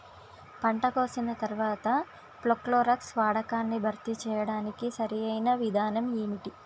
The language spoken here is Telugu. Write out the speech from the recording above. పంట కోసిన తర్వాత ప్రోక్లోరాక్స్ వాడకాన్ని భర్తీ చేయడానికి సరియైన విధానం ఏమిటి?